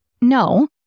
No